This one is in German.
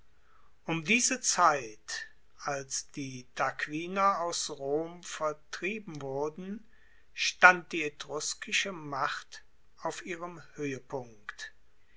um diese zeit als die tarquinier aus rom vertrieben wurden stand die etruskische macht auf ihrem hoehepunkt